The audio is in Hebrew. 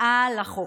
מעל לחוק,